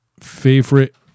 Favorite